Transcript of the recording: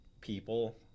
people